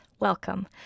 Welcome